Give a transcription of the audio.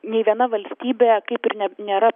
nei viena valstybė kaip ir ne nėra